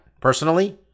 personally